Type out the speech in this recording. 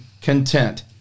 content